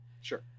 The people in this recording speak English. Sure